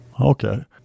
Okay